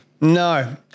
No